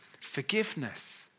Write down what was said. forgiveness